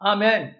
Amen